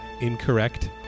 incorrect